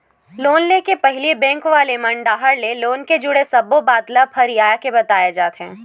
loan ले के पहिली बेंक वाले मन डाहर ले लोन ले जुड़े सब्बो बात ल फरियाके बताए जाथे